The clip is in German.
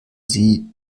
sie